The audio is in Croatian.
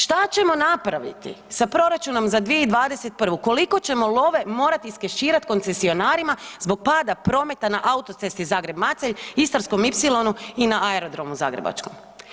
Šta ćemo napraviti sa proračunom za 2021., koliko ćemo love morat iskeširat koncesionarima zbog pada prometa na autocesti Zagreb-Macelj, Istarskom ipsilonu i na aerodromu zagrebačkom?